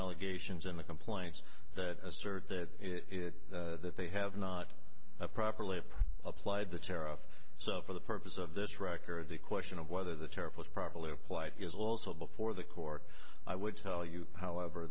allegations in the complaints that assert that it that they have not properly applied the tariff so for the purpose of this record the question of whether the tariff was properly applied is also before the court i would tell you however